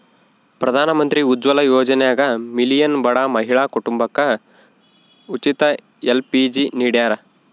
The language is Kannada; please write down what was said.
ಪ್ರಧಾನಮಂತ್ರಿ ಉಜ್ವಲ ಯೋಜನ್ಯಾಗ ಮಿಲಿಯನ್ ಬಡ ಮಹಿಳಾ ಕುಟುಂಬಕ ಉಚಿತ ಎಲ್.ಪಿ.ಜಿ ನಿಡ್ಯಾರ